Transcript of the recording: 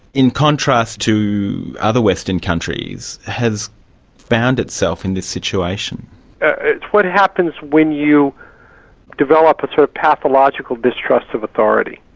in contrast to other western countries, has found itself in this situation? it's what happens when you develop a sort of pathological distrust of authority.